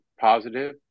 positive